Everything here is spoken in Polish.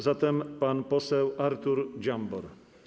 Zatem pan poseł Artur Dziambor.